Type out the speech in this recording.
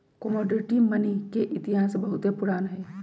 commodity money के इतिहास बहुते पुरान हइ